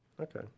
Okay